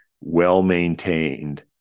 well-maintained